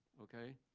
ok?